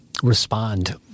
Respond